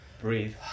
breathe